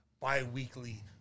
bi-weekly